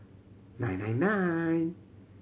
nine nine nine